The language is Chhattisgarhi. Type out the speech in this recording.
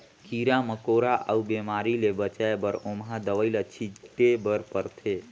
कीरा मकोरा अउ बेमारी ले बचाए बर ओमहा दवई ल छिटे बर परथे